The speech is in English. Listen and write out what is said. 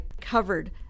covered